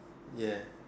ya